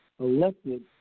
elected